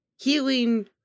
healing